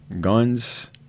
guns